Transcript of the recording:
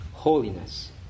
Holiness